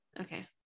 Okay